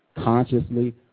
consciously